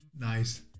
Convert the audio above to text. Nice